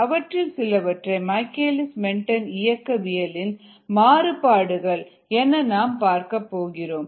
அவற்றில் சிலவற்றை Michaelis Menten இயக்கவியல் இன் மாறுபாடுகள் என நாம் பார்க்கப் போகிறோம்